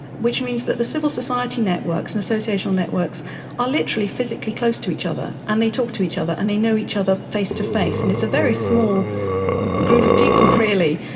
which means that the civil society networks and association networks are literally physically close to each other, and they talk to each other, and they know each other face to face, and it's a very small group of people really,